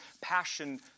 passion